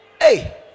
hey